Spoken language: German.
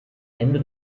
ende